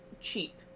cheap